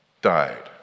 died